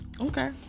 okay